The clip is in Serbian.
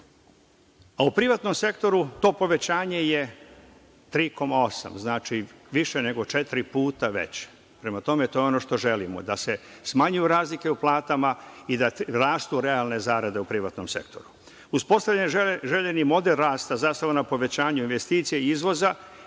U privatnom sektoru to povećanje je 3,8%. Znači, više nego četiri puta veće. Prema tome, to je ono što želimo, da se smanjuju razlike u platama i da rastu realne zarade u privatnom sektoru. Uspostavljen je željeni model rasta zasnovan na povećanju investicija i izvoza,